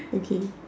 okay